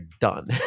done